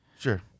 Sure